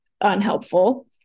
unhelpful